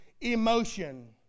emotion